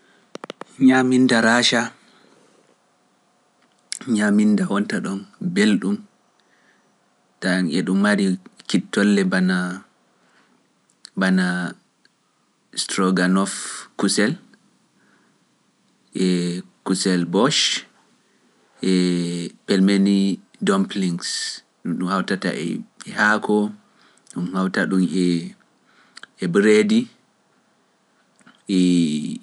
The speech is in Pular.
Nyaaminnda Raaca, Nyaaminnda wonta ɗon belɗum, ndaa e ɗum mari kittolle bana, bana stroganuf kusel, e kusel boch, e many dolpilins, ɗum ɗum hawtata e haako, e ɗum hawta-ɗum e bireedi e